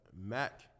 Mac